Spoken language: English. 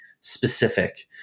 specific